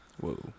Whoa